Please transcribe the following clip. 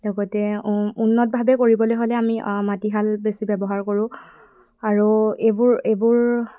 লগতে উন্নতভাৱে কৰিবলৈ হ'লে আমি মাটিশাল বেছি ব্যৱহাৰ কৰোঁ আৰু এইবোৰ এইবোৰ